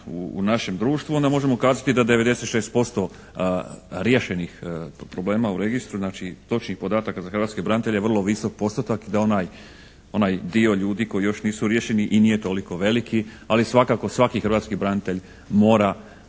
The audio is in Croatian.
u našem društvu onda možemo kazati da 96% riješenih problema u registru, znači točnih podataka za hrvatske branitelje vrlo visok postotak i da onaj dio ljudi koji još nisu riješeni i nije toliko veliki ali svakako svaki hrvatski branitelj mora